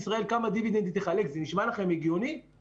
לגיטימי מבחינתו לקבל החלטות שנוגעות למיסוי של עצמו,